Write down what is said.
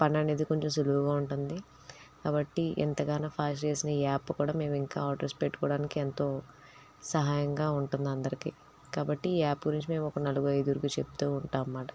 పని అనేది కొంచెం సులువుగా ఉంటుంది కాబట్టి ఎంతగానో ఫాస్ట్ చేసిన ఈ యాప్ కూడా మేము ఇంకా ఆర్డర్స్ పెట్టుకోవడానికి ఎంతో సహాయంగా ఉంటుంది అందరికి కాబట్టి ఈ యాప్ గురించి మేము ఒక నలుగురు ఐదుగురికి చెప్తూ ఉంటామన్నమాట